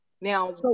now